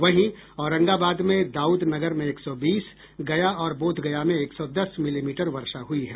वहीं औरंगाबाद में दाउदनगर में एक सौ बीस गया और बोधगया में एक सौ दस मिलीमीटर वर्षा हुई है